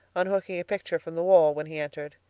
unhooking a picture from the wall when he entered.